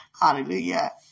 Hallelujah